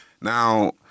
Now